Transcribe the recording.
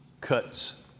cuts